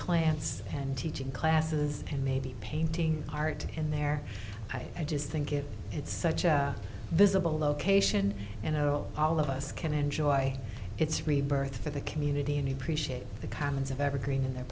plants and teaching classes and maybe painting art in there i just think if it's such a visible location you know all of us can enjoy its rebirth for the community any pre shared the kinds of evergreen and their